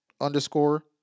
underscore